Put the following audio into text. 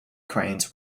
cranes